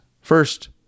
First